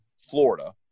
Florida –